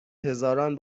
هزاران